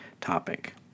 topic